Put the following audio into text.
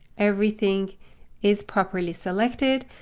everything is properly selected,